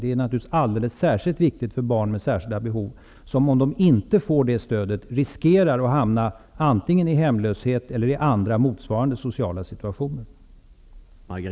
Det är naturligtvis alldeles särskilt viktigt för barn med särskilda behov som, om de inte får detta stöd, riskerar att hamna i hemlöshet eller i andra motsvarande sociala situationer.